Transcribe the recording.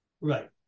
Right